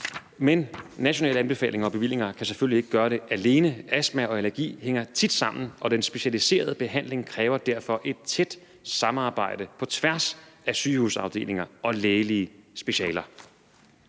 Men nationale anbefalinger og bevillinger kan selvfølgelig ikke gøre det alene. Astma og allergi hænger tit sammen, og den specialiserede behandling kræver derfor et tæt samarbejde på tværs af sygehusafdelinger og lægelige specialer.